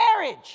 Marriage